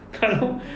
kalau